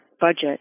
budget